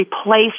replace